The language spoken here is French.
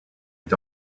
est